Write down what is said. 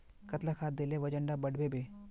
कतला खाद देले वजन डा बढ़बे बे?